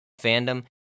fandom